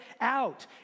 out